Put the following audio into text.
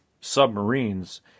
submarines